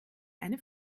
eine